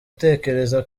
utekereza